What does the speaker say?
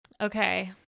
Okay